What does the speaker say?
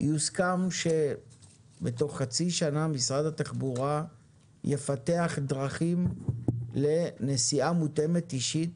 יוסכם שבתוך חצי שנה משרד התחבורה יפתח דרכי לנסיעה מותאמת אישית